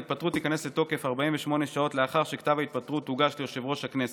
ההתפטרות תיכנס לתוקף 48 שעות לאחר שכתב ההתפטרות הוגש ליושב-ראש הכנסת.